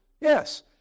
Yes